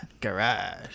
Garage